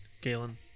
Galen